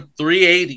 380